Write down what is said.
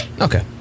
Okay